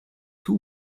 two